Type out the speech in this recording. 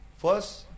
First